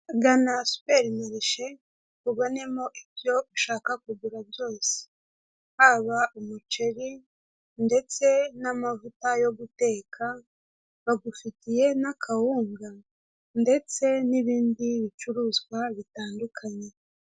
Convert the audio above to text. Gana superi marishe ubonemo ibyo ushaka kugura byose, haba umuceri, ndetse n'amavuta yo guteka, bagufitiye n'akawunga ndetse n'ibindi bicuruzwa bitandukanye.